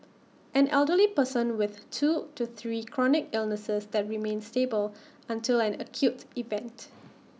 an elderly person with two to three chronic illnesses that remain stable until an acute event